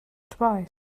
twice